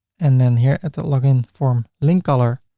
and then here at the login form link color,